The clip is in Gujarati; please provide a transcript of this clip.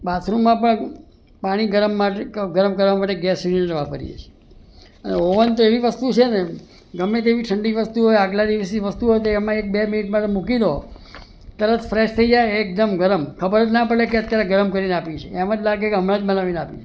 બાથરૂમમાં પણ પાણી ગરમ માટે ગરમ કરવા માટે ગેસ સિલિન્ડર વાપરીએ છીએ અને ઓવન તો એવી વસ્તુ છેને ગમે તેવી ઠંડી વસ્તુ હોય આગલા દિવસની વસ્તુ હોય એક બે મિનિટમાં મૂકી દો તરત ફ્રેશ થઈ જાઈ એકદમ ગરમ ખબર જ ના પડે કે અત્યારે ગરમ કરીને આપ્યું છે એમ જ લાગે કે હમણાં જ બનાવીને આપ્યું છે